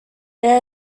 they